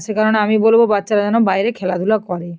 সে কারণে আমি বলবো বাচ্চারা যেন বাইরে খেলাধুলা করে